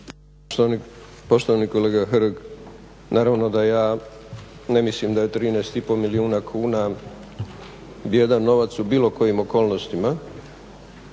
Poštovani kolega Hrg, naravno da ja ne mislim da je 13 i pol milijuna kuna bijedan novac u bilo kojim okolnostima,